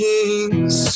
Kings